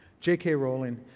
j. k. rowling.